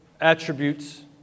attributes